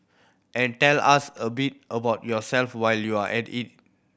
and tell us a bit about yourself while you're at it